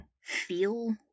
feel